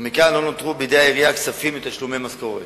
ומכאן לא נותרו בידי העירייה כספים לתשלום משכורות.